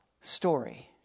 story